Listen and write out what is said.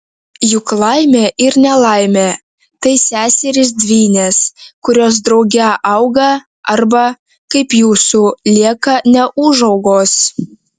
juk laimė ir nelaimė tai seserys dvynės kurios drauge auga arba kaip jūsų lieka neūžaugos